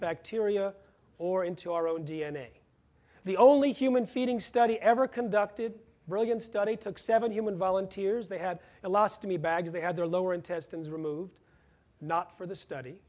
bacteria or into our own d n a the only human feeding study ever conducted brilliant study took seven human volunteers they had lost me bags they had their lower intestines removed not for the study